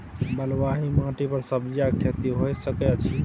बलुआही माटी पर सब्जियां के खेती होय सकै अछि?